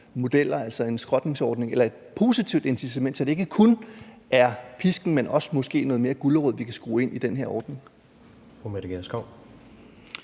modeller, altså en skrotningsordning eller et positivt incitament, så det ikke kun er pisken, men også måske noget mere gulerod, vi kan skrue ind i den her ordning?